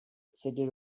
city